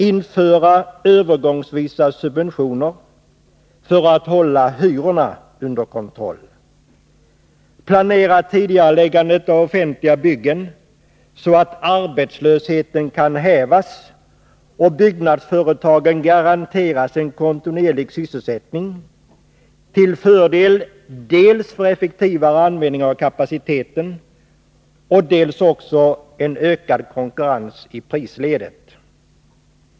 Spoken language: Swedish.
Inför övergångsvisa subventioner för att hålla hyrorna under kontroll. Planera tidigareläggandet av offentliga byggen, så att arbetslösheten kan hävas och byggnadsföretagen garantera en kontinuerlig sysselsättning, till fördel för effektivare användning av kapaciteten och därmed också ökad konkurrens i prisledet.